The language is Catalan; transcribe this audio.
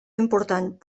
important